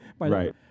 Right